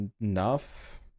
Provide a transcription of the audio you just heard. enough